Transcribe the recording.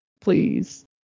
please